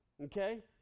okay